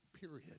period